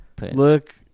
look